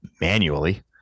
manually